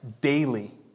daily